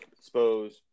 suppose